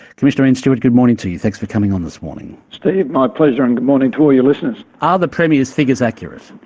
commissioner ian stewart, good morning to you, thanks for coming on this morning. steve, my pleasure, and good morning to all your listeners. are the premier's figures accurate?